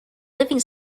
living